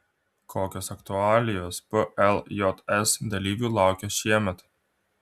kokios aktualijos pljs dalyvių laukia šiemet